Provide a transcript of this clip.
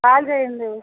call చెయ్యండి